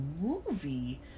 movie